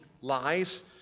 lies